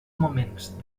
moments